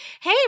Hey